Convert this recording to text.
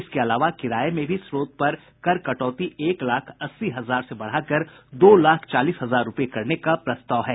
इसके अलावा किराये में भी स्रोत पर कर कटौती एक लाख अस्सी हजार से बढ़ाकर दो लाख चालीस हजार रूपये करने का प्रस्ताव है